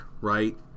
right